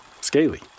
scaly